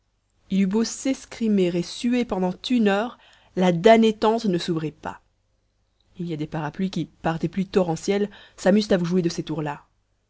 il eut beau s'escrimer et suer pendant une heure la damnée tente ne s'ouvrit pas il y a des parapluies qui par des pluies torrentielles s'amusent à vous jouer de ces tours-là